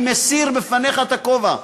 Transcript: אני מסיר בפניך את הכובע,